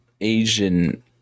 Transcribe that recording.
Asian